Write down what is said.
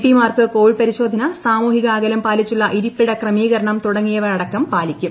P മാർക്ക് Covid പരിശോധന സാമൂഹിക അകലം പാലിച്ചുള്ള ഇരിപ്പിടക്രമീകരണം തുടങ്ങിയവയടക്കം പാലിക്കും